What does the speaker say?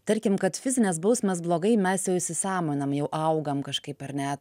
tarkim kad fizinės bausmės blogai mes jau įsisąmonam jau augam kažkaip ar ne